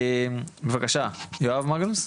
בבקשה, יואב מגנוס.